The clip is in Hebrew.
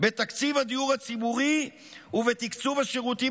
בתקציב הדיור הציבורי ובתקצוב השירותים